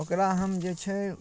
ओकरा हम जे छै